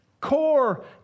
core